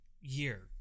year